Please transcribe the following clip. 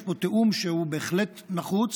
יש פה תיאום שהוא בהחלט נחוץ.